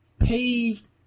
paved